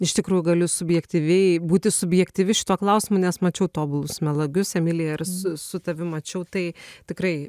iš tikrųjų galiu subjektyviai būti subjektyvi šituo klausimu nes mačiau tobulus melagius emilija ir su su tavim mačiau tai tikrai